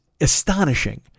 astonishing